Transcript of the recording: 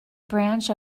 branch